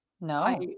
no